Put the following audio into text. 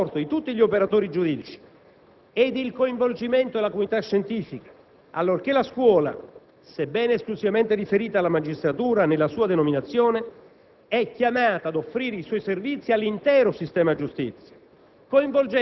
Tanto più che l'efficienza del servizio giustizia postula l'apporto di tutti gli operatori giuridici ed il coinvolgimento della comunità scientifica, allorché la Scuola, sebbene esclusivamente riferita alla magistratura nella sua denominazione,